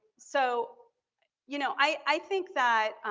so you know, i think that